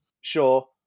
sure